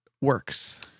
works